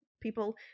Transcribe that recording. people